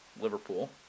Liverpool